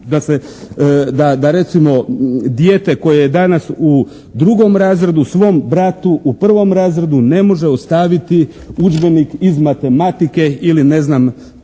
da recimo dijete koje je danas u drugom razredu svom bratu u prvom razredu ne može ostaviti udžbenik iz matematike ili ne znam